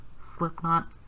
Slipknot